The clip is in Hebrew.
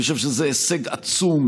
אני חושב שזה הישג עצום.